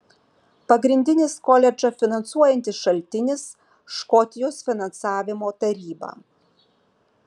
pagrindinis koledžą finansuojantis šaltinis škotijos finansavimo taryba